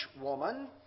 woman